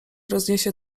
rozniesie